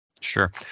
Sure